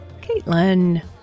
Caitlin